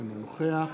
אינו נוכח